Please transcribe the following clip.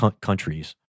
countries